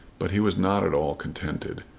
but he was not at all contented.